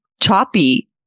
choppy